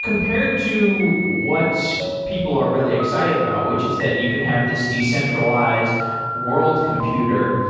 compared to what people are really excited about, which is that you can have this decentralized world computer,